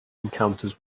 encounters